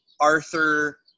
Arthur